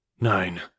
Nine